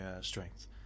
strength